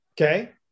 Okay